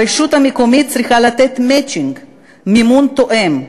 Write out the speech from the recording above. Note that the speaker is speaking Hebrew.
הרשות המקומית צריכה לתת מצ'ינג מימון תואם,